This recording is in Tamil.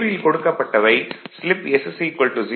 கேள்வியில் கொடுக்கப்பட்டவை ஸ்லிப் s 0